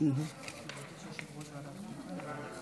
(תיקון מס' 33), התשפ"ד 2023, נתקבל.